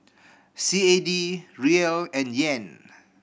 C A D Riel and Yen